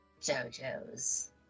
JoJo's